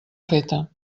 feta